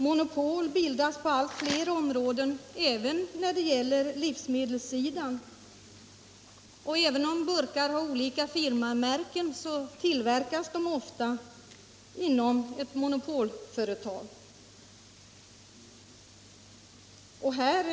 Monopol bildas på allt fler områden, också på livsmedelssidan. Även om burkar har olika firmamärken tillverkas de ofta inom ett monopolföretag.